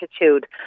attitude